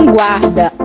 guarda